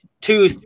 two